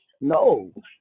no